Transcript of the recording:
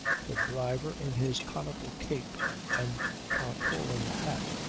the driver in his conical cape and tarpaulin hat,